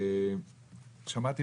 שמעתי